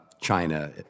China